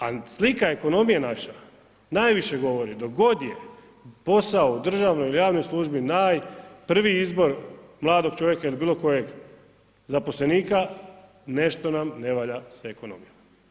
A slika ekonomije naša, najviše govori dok god je posao u državnoj ili javnoj služni naj prvi izbor mladog čovjeka ili bilokojeg zaposlenika, nešto nam ne valja sa ekonomijom.